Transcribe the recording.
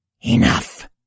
Enough